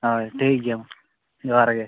ᱦᱳᱭ ᱴᱷᱤᱠ ᱜᱮᱭᱟ ᱢᱟ ᱡᱚᱦᱟᱨ ᱜᱮ